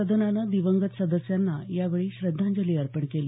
सदनानं दिवंगत सदस्यांना यावेळी श्रद्धांजली अर्पण केली